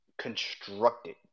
constructed